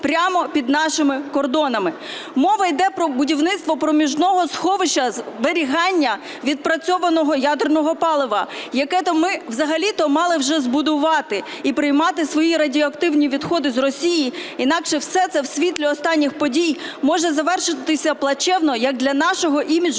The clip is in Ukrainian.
Мова йде про будівництво проміжного сховища зберігання відпрацьованого ядерного палива, яке ми взагалі-то мали вже збудувати і приймати свої радіоактивні відходи з Росії. Інакше все це в світлі останніх подій може завершитися плачевно як для нашого іміджу,